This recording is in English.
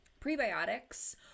Prebiotics